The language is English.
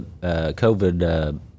COVID